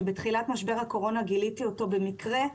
שבתחילת משבר הקורונה גיליתי אותו במקרה.